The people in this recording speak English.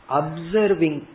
observing